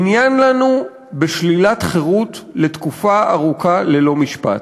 "עניין לנו בשלילת חירות לתקופה ארוכה ללא משפט".